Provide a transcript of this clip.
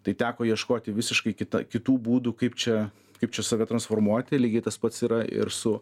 tai teko ieškoti visiškai kita kitų būdų kaip čia kaip čia save transformuoti lygiai tas pats yra ir su